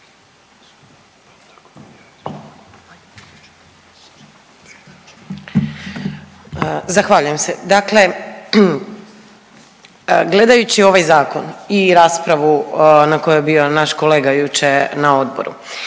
Zahvaljujem se. Dakle, gledajući ovaj zakon i raspravu na kojoj je bio naš kolega jučer na odboru,